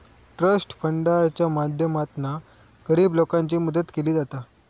trust फंडाच्या माध्यमातना गरीब लोकांची मदत केली जाता